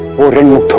will they go?